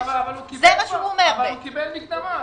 אבל הוא קיבל מקדמה.